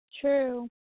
True